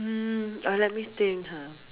mm uh let me think ha